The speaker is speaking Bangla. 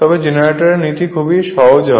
তবে জেনারেটরের নীতি খুবই সহজ হয়